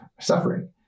suffering